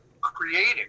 creating